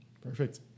Perfect